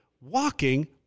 walking